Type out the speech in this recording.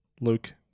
Luke